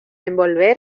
envolver